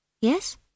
Yes